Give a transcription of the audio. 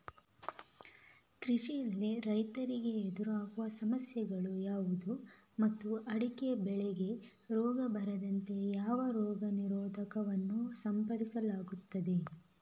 ಕೃಷಿಯಲ್ಲಿ ರೈತರಿಗೆ ಎದುರಾಗುವ ಸಮಸ್ಯೆಗಳು ಯಾವುದು ಮತ್ತು ಅಡಿಕೆ ಬೆಳೆಗೆ ರೋಗ ಬಾರದಂತೆ ಯಾವ ರೋಗ ನಿರೋಧಕ ವನ್ನು ಸಿಂಪಡಿಸಲಾಗುತ್ತದೆ?